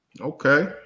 Okay